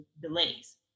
delays